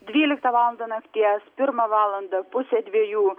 dvyliktą valandą nakties pirmą valandą pusę dviejų